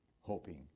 hoping